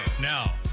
Now